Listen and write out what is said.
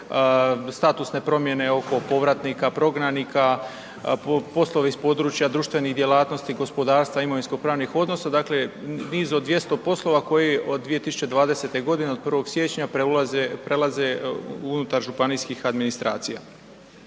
statusne promjene oko povratnika prognanika, poslovi iz područja društvenih djelatnosti gospodarstva imovinskopravnih odnosa, dakle, niz od 200 poslova koje od 2020.g. od 1. siječnja prelaze unutar županijskih administracija.